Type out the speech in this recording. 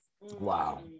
Wow